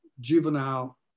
Juvenile